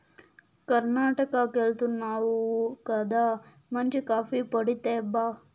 కర్ణాటకెళ్తున్నావు గదా మంచి కాఫీ పొడి తేబ్బా